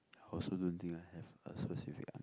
I also don't think I have a specific one